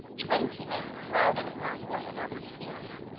twenty men crowded upon one another's heels,